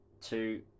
two